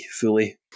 fully